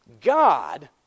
God